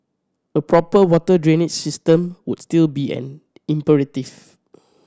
a proper water drainage system would still be an imperative